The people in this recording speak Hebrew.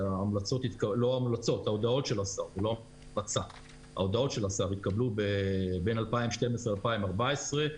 שההודעות של השר התקבלו בין 2012 ל-2014,